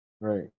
Right